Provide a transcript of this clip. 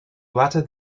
latter